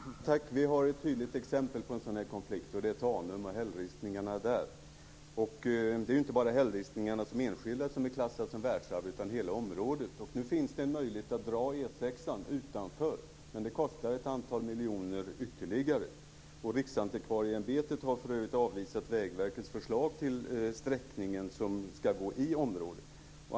Herr talman! Vi har ett tydligt exempel på en sådan konflikt, och det är Tanum och hällristningarna där. Det är inte bara hällristningarna enskilt som är klassade som världsarv, utan det är hela området. Nu finns det en möjlighet att dra E 6 utanför, men det kostar ett antal miljoner ytterligare. Riksantikvarieämbetet har för övrigt avvisat Vägverkets förslag till vägsträckning i området.